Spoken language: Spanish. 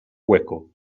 hueco